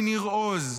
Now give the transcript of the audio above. מניר עוז,